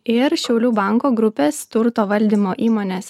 ir šiaulių banko grupės turto valdymo įmonės